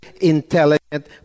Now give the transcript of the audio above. intelligent